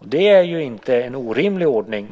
Det är inte en orimlig ordning.